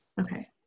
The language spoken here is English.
Okay